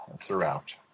throughout